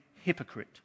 hypocrite